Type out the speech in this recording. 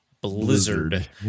Blizzard